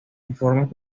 informes